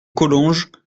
collonges